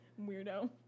Weirdo